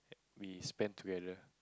we spend together